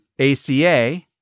ACA